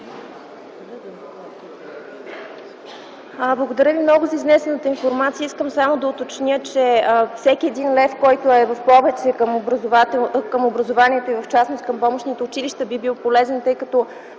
Благодаря Ви много за изнесената информация. Искам само да уточня, че всеки един лев, който е в повече към образованието и в частност към помощните училища, би бил полезен, тъй като,